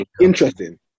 interesting